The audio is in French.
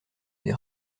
des